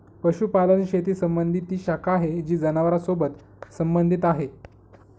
पशुपालन शेती संबंधी ती शाखा आहे जी जनावरांसोबत संबंधित आहे